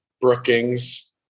Brookings